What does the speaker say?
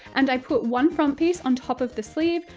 and, i put one front piece on top of the sleeve,